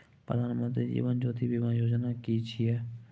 प्रधानमंत्री जीवन ज्योति बीमा योजना कि छिए?